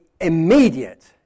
immediate